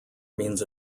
means